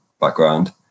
background